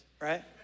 right